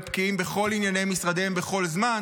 בקיאים בכל ענייני משרדיהם בכל זמן.